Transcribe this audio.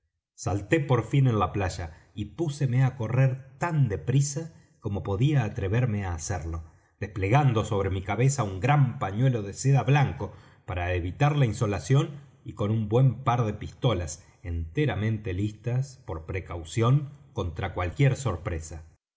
salté por fin en la playa y púseme á correr tan de prisa como podía atreverme á hacerlo desplegando sobre mi cabeza un gran pañuelo de seda blanco para evitar la insolación y con un buen par de pistolas enteramente listas por precaución contra cualquiera sorpresa